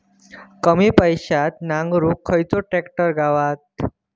कमी पैशात नांगरुक खयचो ट्रॅक्टर गावात?